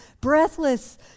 breathless